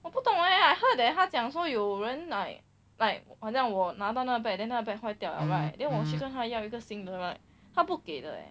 我不懂 leh I heard that 他讲说有人 like like 好像我拿到那个 bag then 那个 bag 坏掉了 right then 我去跟他要一个新的了 right 他不给的 leh